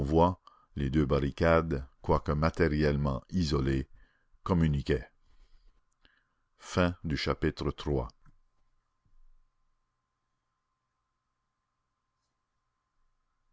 les deux barricades quoique matériellement isolées communiquaient